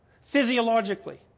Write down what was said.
physiologically